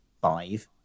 five